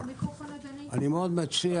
אני מציע